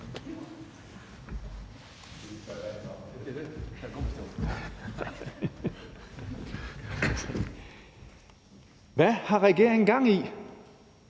Hvad har regeringen gang i?